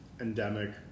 endemic